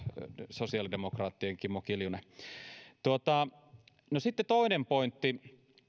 sosiaalidemokraattien kimmo kiljunen no sitten toinen pointti